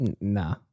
Nah